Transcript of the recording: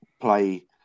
play